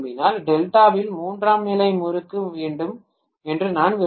டெல்டாவில் மூன்றாம் நிலை முறுக்கு வேண்டும் என்று நான் விரும்புகிறேன்